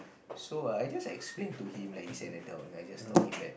so I just explain to him like he's an adult I just taught him that